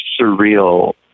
surreal